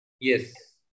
Yes